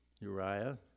Uriah